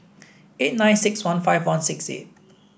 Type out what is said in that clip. eight nine six one five one six eight